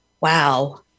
Wow